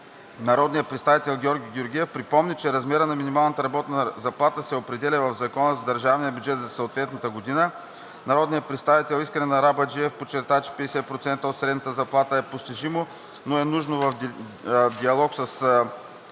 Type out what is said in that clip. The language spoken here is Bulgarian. народният представител Георги Георгиев припомни, че размерът на минималната заплата се определя в Закона за държавния бюджет за съответната година. Народният представител Искрен Арабаджиев подчерта, че 50% от средната заплата е постижимо, но е нужно в диалог със